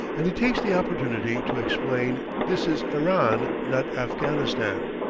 and he takes the opportunity to explain this is iran, not afghanistan.